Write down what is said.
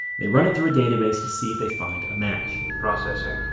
they run it through a database to see if they find a match processing.